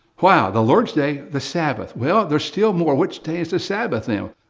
wow! the lord's day, the sabbath. well, there's still more, which day is the sabbath now?